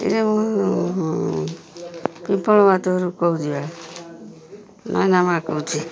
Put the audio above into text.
ଏଇ ମୁଁ ପିମ୍ଫଳ ମାତରୁ କହୁଛି ବା ନଗଙ୍ଗା ମାଆ କହୁଛିି